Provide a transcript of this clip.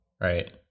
Right